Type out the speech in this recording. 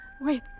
Wait